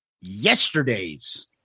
Yesterday's